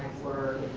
for